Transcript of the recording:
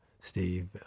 Steve